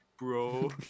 Bro